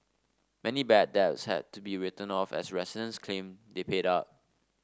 many bad debts had to be written off as residents claim they paid up